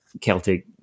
Celtic